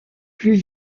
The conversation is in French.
plus